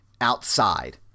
outside